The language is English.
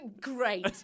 Great